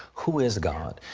who is god.